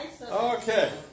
Okay